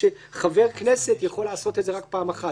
שחבר כנסת יכול לעשות את זה רק פעם אחת,